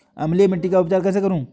अम्लीय मिट्टी का उपचार कैसे करूँ?